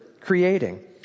creating